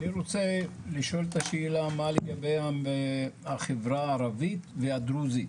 אני רוצה לשאול את השאלה מה לגבי החברה הערבית והדרוזית.